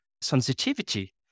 sensitivity